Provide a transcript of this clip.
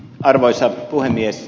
arvoisa puhemies